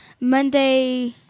Monday